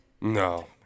No